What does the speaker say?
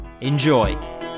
enjoy